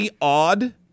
odd